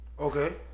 Okay